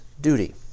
duty